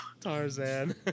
Tarzan